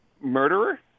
murderer